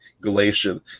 Galatia